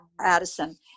Addison